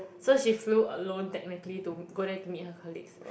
so she flew alone technically to go there to meet her colleagues